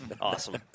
Awesome